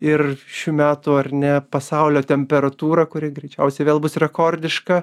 ir šių metų ar ne pasaulio temperatūra kuri greičiausiai vėl bus rekordiška